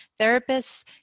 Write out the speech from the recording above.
therapists